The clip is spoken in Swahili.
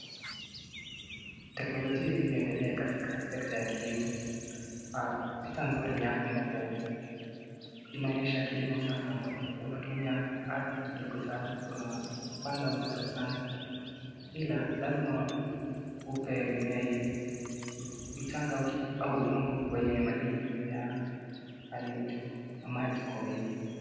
Teknolojia ilivyoendelea katika sekta ya kilimo. Picha nzuri ni hapa ambapo inaonyesha kilimo sasa ambapo unatumia ardhi kidogo sana na unapanda unachopanda ila lazima upee mimea ile mchanga au udongo wenye madini ya pale juu na maji kwa wingi.